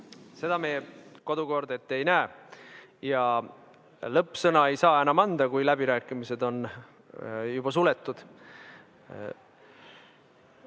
Seda meie kodukord ette ei näe. Lõppsõnaks ei saa enam sõna anda, kui läbirääkimised on juba suletud.